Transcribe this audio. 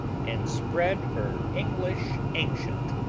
and spread her english ancient.